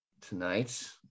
tonight